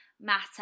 matter